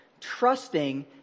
trusting